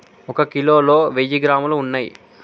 ఒక కిలోలో వెయ్యి గ్రాములు ఉన్నయ్